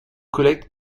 collecte